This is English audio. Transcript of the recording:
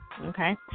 Okay